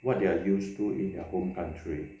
what they are used to in their home country